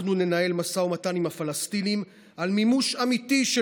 אנחנו ננהל משא ומתן עם הפלסטינים על מימוש אמיתי של